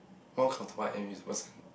more comfortable I am with this person